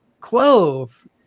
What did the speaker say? clove